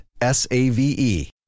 S-A-V-E